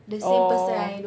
orh